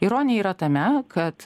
ironija yra tame kad